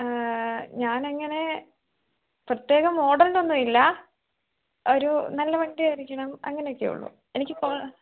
ഞാനങ്ങനെ പ്രത്യേക മോഡൽ എന്നൊന്നുമില്ല ഒരു നല്ല വണ്ടിയായിരിക്കണം അങ്ങനെയൊക്കെയുള്ളൂ എനിക്കിപ്പം